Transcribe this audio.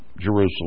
Jerusalem